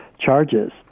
charges